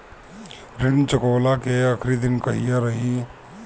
ऋण चुकव्ला के आखिरी दिन कहिया रही?